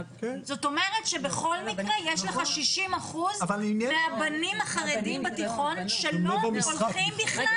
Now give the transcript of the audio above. זאת אומרת שבכל מקרה יש לך 60% מהבנים החרדים בתיכון שלא הולכים בכלל